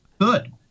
good